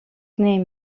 neem